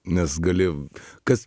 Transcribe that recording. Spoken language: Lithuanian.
nes gali kas